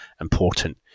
important